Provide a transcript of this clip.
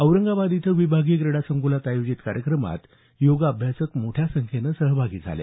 औरंगाबाद इथं विभागीय क्रीडा संकुलात आयोजित कार्यक्रमात योग अभ्यासक मोठ्या संख्येनं सहभागी झाले